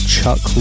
Chuck